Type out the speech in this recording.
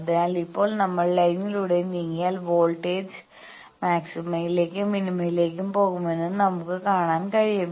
അതിനാൽ ഇപ്പോൾ നമ്മൾ ലൈനിലൂടെ നീങ്ങിയാൽ വോൾട്ടേജ് മാക്സിമയിലേക്കും മിനിമയിലേക്കും പോകുമെന്ന് നമുക്ക് കാണാൻ കഴിയും